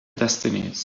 destinies